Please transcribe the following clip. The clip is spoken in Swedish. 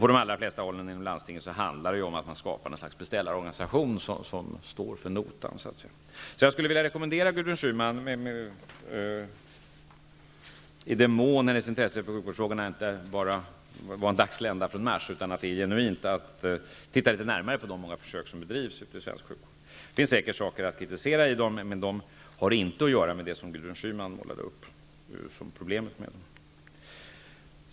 På de allra flesta håll inom landstingen handlar det om att skapa ett slags beställarorganisation, som står för notan. Jag skulle alltså vilja rekommendera Gudrun Schyman -- i den mån hennes intresse för sjukvårdsfrågorna inte bara var en dagslända från i mars utan är genuint -- att titta litet närmare på de många försök som bedrivs inom svensk sjukvård. Där finns säkert saker att kritisera, men detta har inte att göra med det som Gudrun Schyman målade upp som problemet med dem.